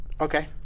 Okay